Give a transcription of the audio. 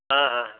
हाँ हाँ